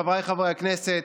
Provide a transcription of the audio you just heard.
חבריי חברי הכנסת,